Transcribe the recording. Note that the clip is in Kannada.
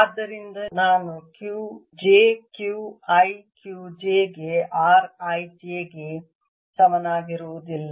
ಆದ್ದರಿಂದ ನೀವು ನಾನು j Q i Q j ಗೆ r i j ಗೆ ಸಮನಾಗಿರುವುದಿಲ್ಲ